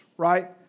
right